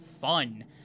fun